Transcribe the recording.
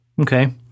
Okay